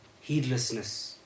Heedlessness